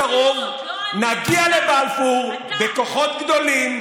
במוצ"ש הקרוב נגיע לבלפור בכוחות גדולים,